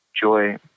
joy